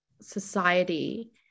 society